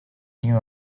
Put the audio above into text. new